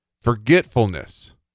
forgetfulness